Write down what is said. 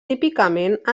típicament